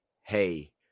Hey